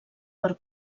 per